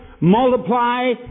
multiply